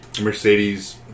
Mercedes